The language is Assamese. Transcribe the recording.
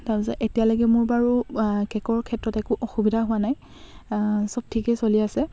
তাৰপিছত এতিয়ালৈকে মোৰ বাৰু কে'কৰ ক্ষেত্ৰত একো অসুবিধা হোৱা নাই চব ঠিকেই চলি আছে